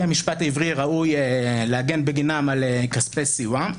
המשפט העברי ראוי להגן בגינם על כספי סיוע.